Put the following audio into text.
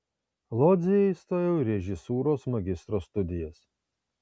lodzėje įstojau į režisūros magistro studijas